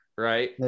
right